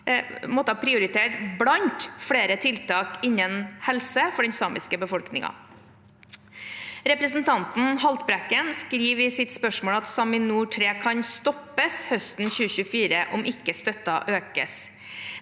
måttet prioritere blant flere tiltak innen helse for den samiske befolkningen. Representanten Haltbrekken skriver i sitt spørsmål at SAMINOR 3 kan stoppes høsten 2024 om ikke støtten økes.